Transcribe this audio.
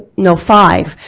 no five,